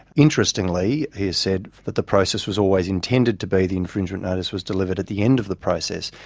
interestingly he has said that the process was always intended to be the infringement notice was delivered at the end of the process.